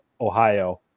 Ohio